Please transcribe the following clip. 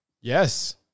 Yes